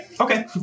Okay